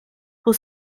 pour